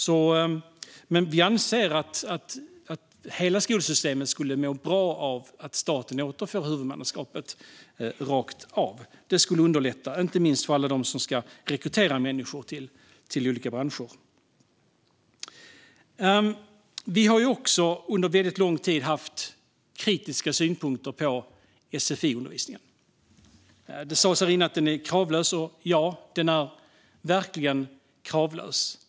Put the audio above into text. Men vi anser att hela skolsystemet skulle må bra av att staten återfick huvudmannaskapet rakt av. Det skulle underlätta, inte minst för alla dem som ska rekrytera människor till olika branscher. Vi har också under väldigt lång tid haft kritiska synpunkter på sfi-undervisningen. Det sades här innan att den är kravlös. Ja, den är verkligen kravlös.